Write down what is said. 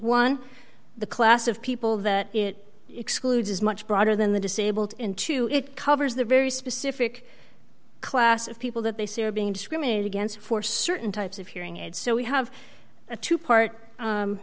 one the class of people that it excludes is much broader than the disabled into it covers the very specific class of people that they say are being discriminated against for certain types of hearing aids so we have a two part